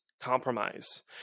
compromise